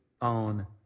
on